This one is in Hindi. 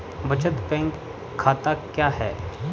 बचत बैंक खाता क्या है?